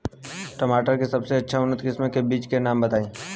टमाटर के सबसे उन्नत किस्म के बिज के नाम बताई?